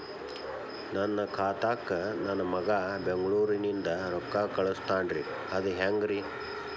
ನನ್ನ ಖಾತಾಕ್ಕ ನನ್ನ ಮಗಾ ಬೆಂಗಳೂರನಿಂದ ರೊಕ್ಕ ಕಳಸ್ತಾನ್ರಿ ಅದ ಹೆಂಗ್ರಿ?